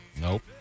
Nope